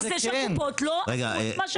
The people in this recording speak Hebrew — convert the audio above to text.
זה שהקופות לא עושות את מה זה --- זה לא מה שהם אומרים.